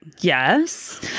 Yes